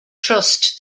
trust